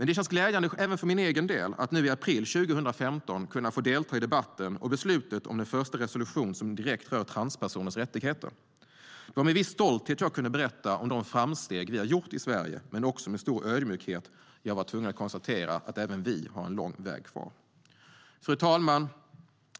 Det kändes glädjande att jag själv i april 2015 fick delta i debatten och beslutet om den första resolutionen som direkt rör transpersoners rättigheter. Det var med viss stolthet jag kunde berätta om de framsteg som har gjorts i Sverige, men med stor ödmjukhet var jag också tvungen att konstatera att även vi har lång väg kvar. Fru talman!